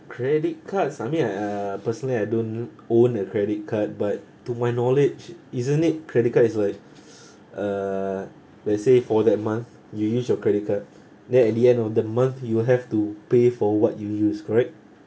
credit card something I uh personally I don't own a credit card but to my knowledge isn't it credit card is like uh let's say for that month you use your credit card then at the end of the month you will have to pay for what you used correct